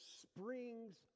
springs